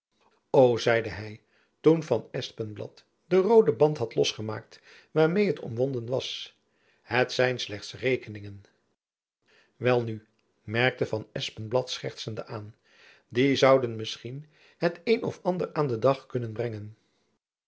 zeide hy toen van espenblad den rooden band had los gemaakt waarmeê het omwonden was het zijn slechts rekeningen welnu merkte van espenblad schertsende aan jacob van lennep elizabeth musch die zouden misschien het een of ander aan den dag kunnen brengen